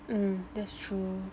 mm that's true